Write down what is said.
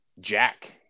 Jack